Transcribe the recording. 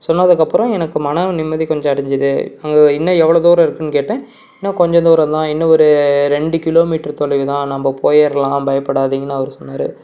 சொன்னதுக்கப்புறம் எனக்கு மனம் நிம்மதி கொஞ்சம் அடைஞ்சுது அங்கே இன்னும் எவ்வளோ தூரம் இருக்குன்னு கேட்டேன் இன்னும் கொஞ்சம் தூரந்தான் இன்னும் ஒரு ரெண்டு கிலோமீட்ரு தொலைவுதான் நம்ம போயிர்லாம் பயப்படாதிங்கன்னு அவர் சொன்னார்